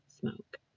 smoke